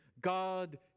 God